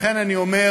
לכן אני אומר,